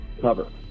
cover